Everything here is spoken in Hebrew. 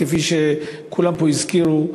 כפי שכולם פה הזכירו,